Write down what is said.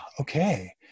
okay